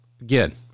again